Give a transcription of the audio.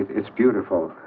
it's beautiful.